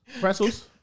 Pretzels